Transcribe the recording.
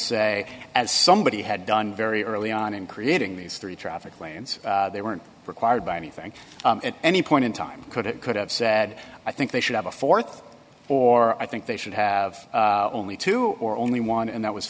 say as somebody had done very early on in creating these three traffic lanes they weren't required by anything at any point in time could it could have said i think they should have a th or i think they should have only two or only one and that was